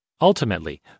Ultimately